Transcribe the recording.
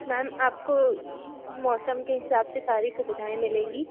ma'am आपको मौसम के हिसाब से सारी सुविधाऍं मिलेंगी